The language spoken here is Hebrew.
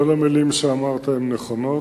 כל המלים שאמרת הן נכונות,